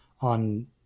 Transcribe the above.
on